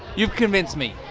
you've convinced me.